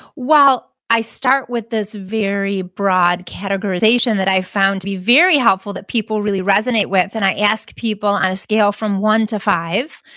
well, i start with this very broad categorization that i've found to be very helpful that people really resonate with. and i ask people, on a scale from one to five,